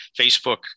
Facebook